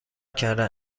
کردن